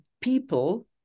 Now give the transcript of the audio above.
people